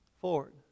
forward